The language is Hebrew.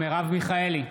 מרב מיכאלי,